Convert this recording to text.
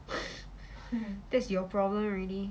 that's your problem already